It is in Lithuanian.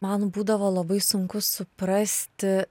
man būdavo labai sunku suprasti